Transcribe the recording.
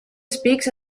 speaks